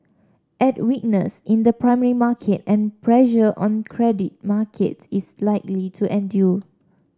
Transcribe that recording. add weakness in the primary market and pressure on credit markets is likely to endure